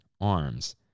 arms